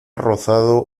rozado